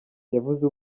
yavuze